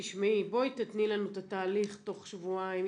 בואי תני לנו את התהליך תוך שבועיים.